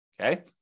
Okay